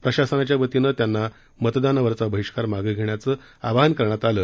प्रशासनाच्या वतीनं त्यांना मतदानावरील बहिष्कार मागे घेण्याचं आवाहन करण्यात आलं